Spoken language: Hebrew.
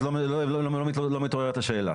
אז לא מתעוררת השאלה.